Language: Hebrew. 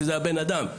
שזה הבן אדם?